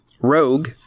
Rogue